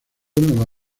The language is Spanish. nueva